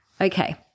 Okay